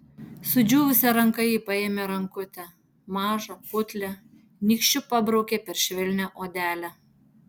sudžiūvusia ranka ji paėmė rankutę mažą putlią nykščiu pabraukė per švelnią odelę